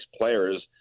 players